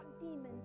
demons